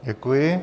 Děkuji.